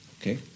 okay